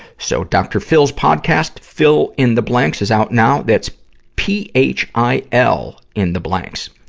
so, dr. phil's podcast, phil in the blanks is out now. that's p h i l in the blanks.